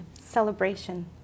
celebration